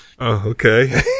okay